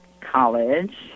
College